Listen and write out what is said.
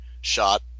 shot